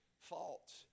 faults